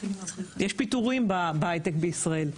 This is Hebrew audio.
יש פיטורים בהיי-טק בישראל,